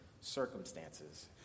circumstances